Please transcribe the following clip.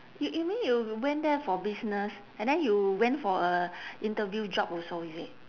you you mean you went there for business and then you went for a interview job also is it